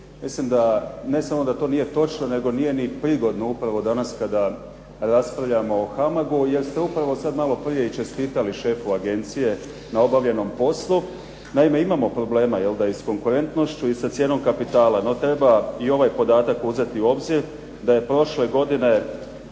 mislim da ne samo da to nije točno nije ni prigodno upravo danas kada raspravljamo o HAMAG-u jer ste upravo maloprije čestitali šefu agencije na obavljenom poslu, naime, imamo problema i sa konkurentnošću i sa cijenom kapitala, no treba i ovaj podatak uzeti u obzir da je prošle godine